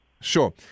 Sure